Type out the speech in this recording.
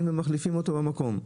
מחליפים במקום.